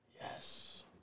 Yes